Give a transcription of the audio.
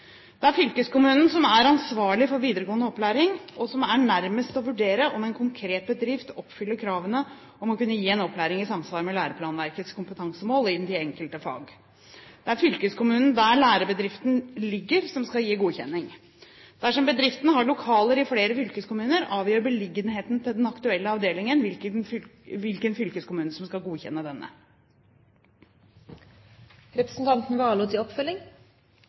Det er fylkeskommunen som er ansvarlig for videregående opplæring, og som er nærmest til å vurdere om en konkret bedrift oppfyller kravene om å kunne gi en opplæring i samsvar med læreplanverkets kompetansemål i de enkelte fag. Det er fylkeskommunen der lærebedriften ligger, som skal gi godkjenning. Dersom bedriften har lokaler i flere fylkeskommuner, avgjør beliggenheten til den aktuelle avdelingen hvilken fylkeskommune som skal godkjenne